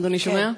אדוני שומע?